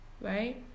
right